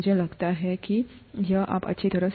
मुझे लगता है कि अच्छा है